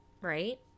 Right